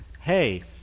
hey